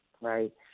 right